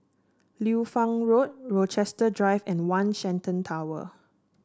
Liu Fang Road Rochester Drive and One Shenton Tower